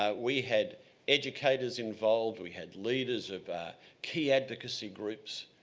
ah we had educators involved, we had leaders of key advocacy groups,